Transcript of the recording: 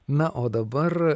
na o dabar